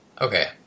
Okay